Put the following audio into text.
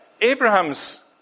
Abraham's